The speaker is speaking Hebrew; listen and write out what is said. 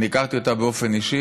אני הכרתי אותה באופן אישי,